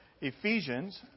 Ephesians